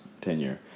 tenure